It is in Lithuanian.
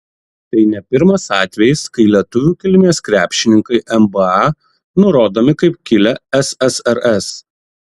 tai ne pirmas atvejis kai lietuvių kilmės krepšininkai nba nurodomi kaip kilę ssrs